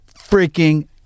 freaking